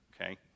Okay